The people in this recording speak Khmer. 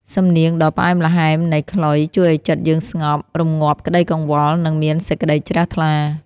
សំនៀងដ៏ផ្អែមល្ហែមនៃខ្លុយ ជួយឱ្យចិត្តយើងស្ងប់ រម្ងាប់ក្ដីកង្វល់ និងមានសេចក្ដីជ្រះថ្លា។